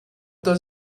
does